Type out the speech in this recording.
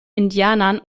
indianern